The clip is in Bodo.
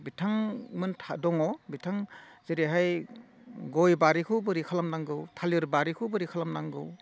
बिथांमोन दङ बिथां जेरैहाय गय बारिखौ बोरै खालामनांगौ थालिर बारिखौ बोरै खालामनांगौ